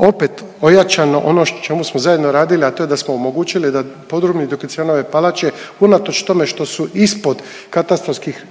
opet ojačano ono na čemu smo zajedno radili, a to je da smo omogućili da podrumi Dioklecijanove palače unatoč tome što su ispod katastarskih